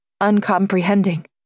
uncomprehending